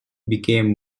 became